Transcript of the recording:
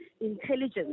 intelligence